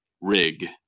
rig